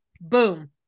boom